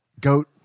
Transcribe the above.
Goat